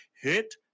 hit